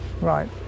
Right